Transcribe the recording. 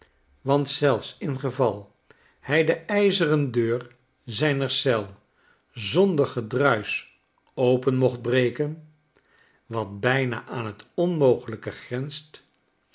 want zelfs ingeval hij de ijzeren deur zijner eel zonder gedruisch open mocht bfeken wat byna aan t onmogelijke gretist